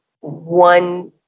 one